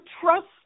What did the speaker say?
trust